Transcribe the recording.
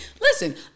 Listen